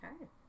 Okay